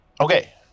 okay